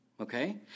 Okay